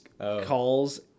calls